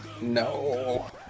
No